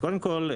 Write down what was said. קודם כול,